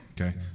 Okay